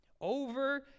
Over